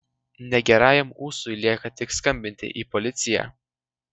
negerajam ūsui lieka tik skambinti į policiją